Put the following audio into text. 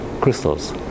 crystals